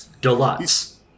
Deluxe